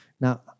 Now